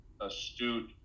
astute